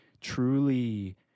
truly